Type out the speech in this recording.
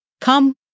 come